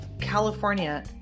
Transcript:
California